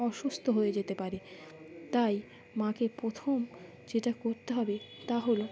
অসুস্থ হয়ে যেতে পারে তাই মাকে প্রথম যেটা করতে হবে তা হলো